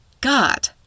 God